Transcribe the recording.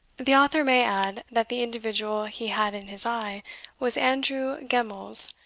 the author may add, that the individual he had in his eye was andrew gemmells,